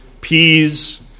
peas